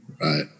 Right